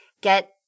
get –